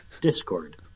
discord